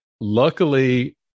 Luckily